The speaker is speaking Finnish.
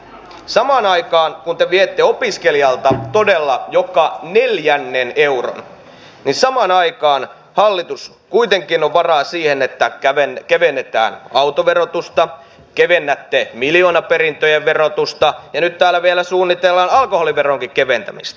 samaan aikaan kun te viette opiskelijalta todella joka neljännen euron hallituksella kuitenkin on varaa siihen että kevennetään autoverotusta kevennätte miljoonaperintöjen verotusta ja nyt täällä vielä suunnitellaan alkoholiveronkin keventämistä